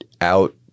out